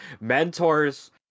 Mentor's